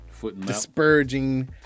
Dispurging